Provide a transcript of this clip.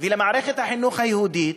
ולמערכת החינוך היהודית